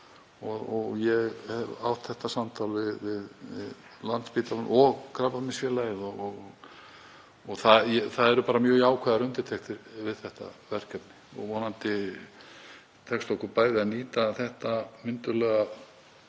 Ég hef átt þetta samtal við Landspítalann og Krabbameinsfélagið og það eru bara mjög jákvæðar undirtektir við þetta verkefni. Vonandi tekst okkur bæði að nýta þetta mynduglega